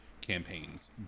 campaigns